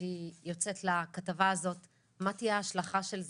כשהיא יוצאת לכתבה הזאת מה תהיה ההשלכה של זה.